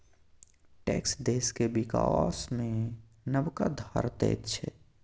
tax देशक बिकास मे नबका धार दैत छै